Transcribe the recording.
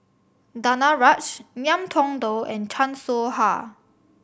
Danaraj Ngiam Tong Dow and Chan Soh Ha